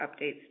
updates